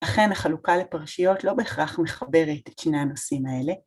אכן החלוקה לפרשיות לא בהכרח מחברת את שני הנושאים האלה.